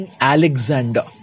Alexander